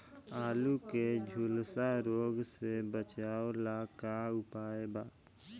आलू के झुलसा रोग से बचाव ला का उपाय बा?